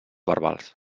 verbals